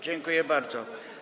Dziękuję bardzo.